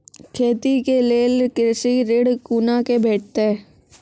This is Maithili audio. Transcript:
खेती के लेल कृषि ऋण कुना के भेंटते?